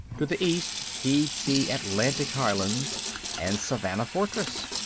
to the east he'd see atlantic highlands and savannah fortress.